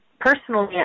personally